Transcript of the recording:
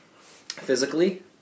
physically